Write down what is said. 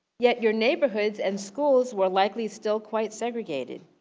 yet your neighborhoods and schools were likely still quite segregated.